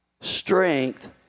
strength